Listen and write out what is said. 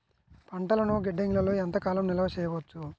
పంటలను గిడ్డంగిలలో ఎంత కాలం నిలవ చెయ్యవచ్చు?